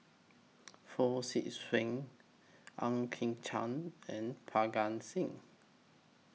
Fong Swee Suan Ang Chwee Chai and Parga Singh